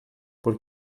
por